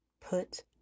put